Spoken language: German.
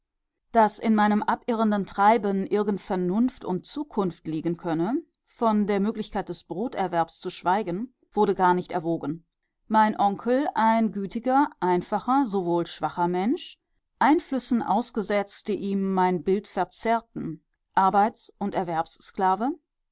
daß in meinem abirrenden treiben irgend vernunft und zukunft liegen könne von der möglichkeit des broterwerbs zu schweigen wurde gar nicht erwogen mein onkel ein gütiger einfacher obwohl schwacher mensch einflüssen ausgesetzt die ihm mein bild verzerrten arbeits und